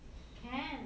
can